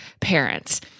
parents